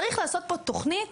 צריך לעשות פה תוכנית